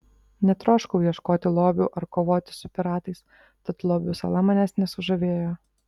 netroškau ieškoti lobių ar kovoti su piratais tad lobių sala manęs nesužavėjo